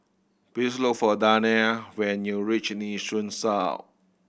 please look for Dayna when you reach Nee Soon South